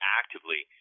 actively